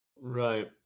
Right